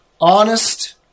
honest